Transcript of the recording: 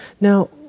Now